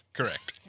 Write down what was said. Correct